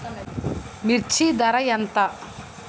మిర్చి ధర ఎంత?